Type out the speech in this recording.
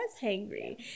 hangry